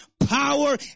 power